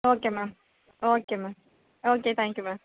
okay ma'am okay ma'am okay thank you ma'am